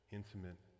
intimate